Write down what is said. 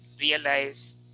realize